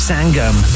Sangam